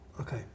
Okay